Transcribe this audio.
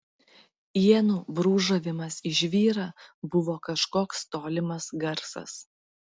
ienų brūžavimas į žvyrą buvo kažkoks tolimas garsas